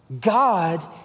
God